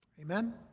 Amen